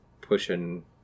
pushing